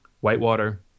Whitewater